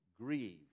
grieve